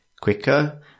quicker